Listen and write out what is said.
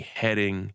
heading